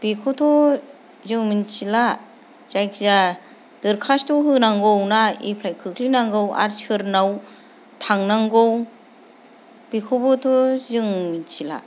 बेखौथ' जों मिथिला जायखिजाया दोरखास्थ' होनांगौ ना एप्लाय खोख्लैनांगौ आरो सोरनाव थांनांगौ बेखौबोथ' जों मिथिला